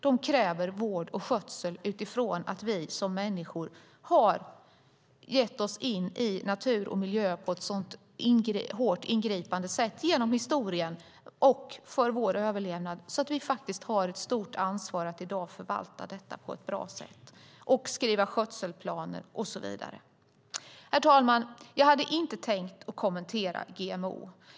De kräver vård och skötsel utifrån att vi som människor har gett oss in i natur och miljö på ett hårt och ingripande sätt genom historien och för vår överlevnad. Vi har ett stort ansvar att i dag förvalta detta på ett bra sätt och skriva skötselplaner och så vidare. Herr talman! Jag hade inte tänkt kommentera GMO.